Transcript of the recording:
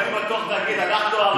הייתי בטוח שתגיד: אנחנו הריבון,